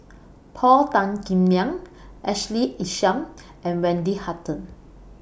Paul Tan Kim Liang Ashley Isham and Wendy Hutton